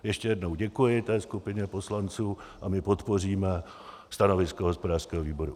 Ještě jednou děkuji té skupině poslanců a my podpoříme stanovisko hospodářského výboru.